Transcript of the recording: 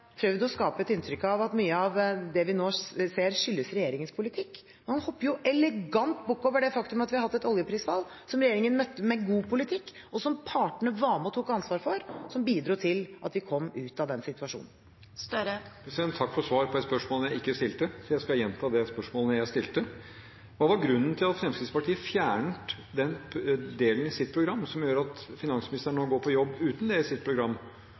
vi nå ser, skyldes regjeringens politikk, men han hopper elegant bukk over det faktum at vi har hatt et oljeprisfall, som regjeringen møtte med god politikk, og som partene var med og tok ansvaret for, som bidro til at vi kom ut av den situasjonen. Takk for svar på de spørsmålene jeg ikke stilte. Jeg skal gjenta de spørsmålene jeg stilte: Hva var grunnen til at Fremskrittspartiet fjernet den delen i sitt program som gjør at finansministeren nå går på jobb uten det i sitt program?